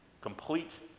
complete